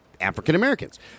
African-Americans